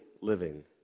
living